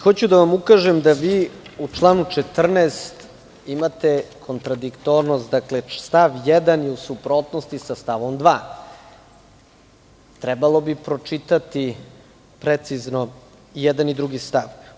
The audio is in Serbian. Hoću da vam ukažem da vi u članu 14. imate kontradiktornost, dakle, stav 1. je u suprotnosti sa stavom 2. Trebalo bi pročitati precizno i jedan i drugi stav.